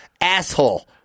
asshole